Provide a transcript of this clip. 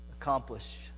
Accomplish